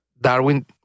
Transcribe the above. Darwin